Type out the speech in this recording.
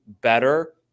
better